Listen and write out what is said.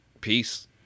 Peace